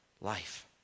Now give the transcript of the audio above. life